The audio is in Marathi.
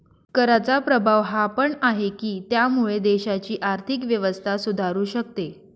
कराचा प्रभाव हा पण आहे, की त्यामुळे देशाची आर्थिक व्यवस्था सुधारू शकते